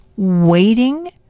waiting